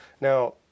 Now